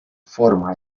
forma